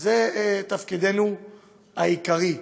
היא תפקידנו העיקרי,